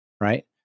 right